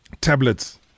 tablets